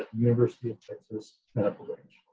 university of texas medical branch.